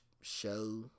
show